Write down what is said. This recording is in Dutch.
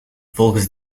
volgens